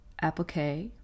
applique